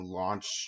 launch